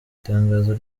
itangazo